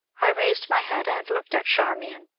i raised my head and looked at charmian,